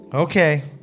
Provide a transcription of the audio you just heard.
Okay